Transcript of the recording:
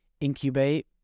incubate